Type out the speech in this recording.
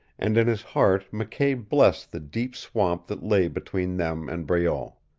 and in his heart mckay blessed the deep swamp that lay between them and breault.